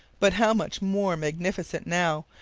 but how much more magnificent now,